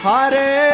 Hare